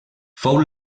fou